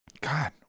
God